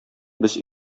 без